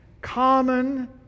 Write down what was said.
common